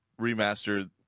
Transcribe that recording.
remaster